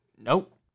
Nope